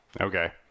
Okay